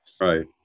Right